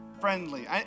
friendly